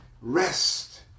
rest